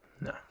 No